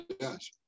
Yes